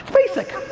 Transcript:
basic.